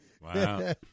Wow